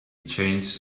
changed